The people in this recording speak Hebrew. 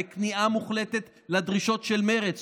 וכניעה מוחלטת לדרישות של מרצ,